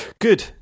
good